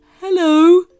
hello